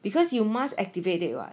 because you must activate it [what]